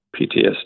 PTSD